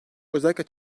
özellikle